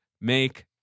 make